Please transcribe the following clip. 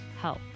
help